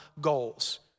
goals